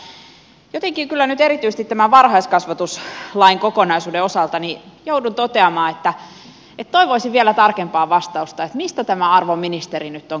mutta jotenkin kyllä nyt erityisesti tämän varhaiskasvatuslain kokonaisuuden osalta joudun toteamaan että toivoisin vielä tarkempaa vastausta mistä tämä arvon ministeri nyt on kiikastanut